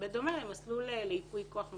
בדומה למסלול לייפוי כוח מתמשך,